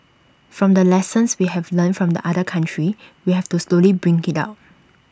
from the lessons we have learnt from the other countries we have to slowly bring IT up